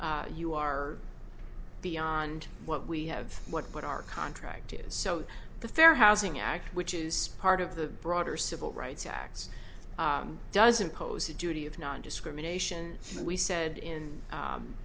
s you are beyond what we have what put our contract is so the fair housing act which is part of the broader civil rights acts doesn't pose a duty of nondiscrimination we said in